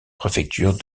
préfecture